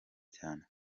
cyane